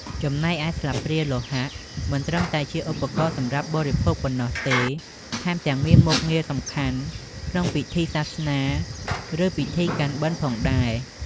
ចំណែកឯស្លាបព្រាលោហៈ មិនត្រឹមតែជាឧបករណ៍សម្រាប់បរិភោគប៉ុណ្ណោះទេ ថែមទាំងមានមុខងារសំខាន់ក្នុងពិធីសាសនា ឬពិធីកាន់បិណ្ឌ ផងដែរ។